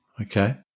Okay